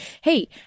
hey